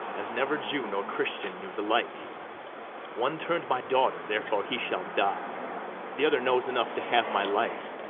as never jew nor christian knew the like one turn'd my daughter, therefore he shall die the other knows enough to have my life,